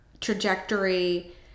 trajectory